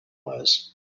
was